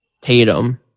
Tatum